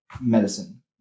medicine